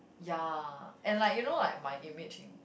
ya and like you know like my image in